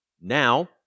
Now